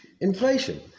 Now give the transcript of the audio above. inflation